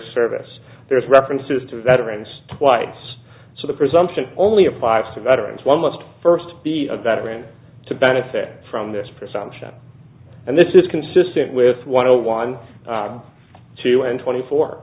service there's references to veterans why it's so the presumption only applies to veterans one must first be a veteran to benefit from this presumption and this is consistent with one hundred one two and twenty four